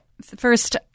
first